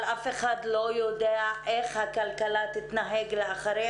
אף אחד לא יודע איך הכלכלה תתנהג אחרי